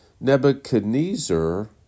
Nebuchadnezzar